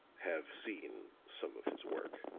have seen some of his work.